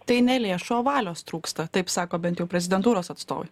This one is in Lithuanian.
tai ne lėšų o valios trūksta taip sako bent jau prezidentūros atstovai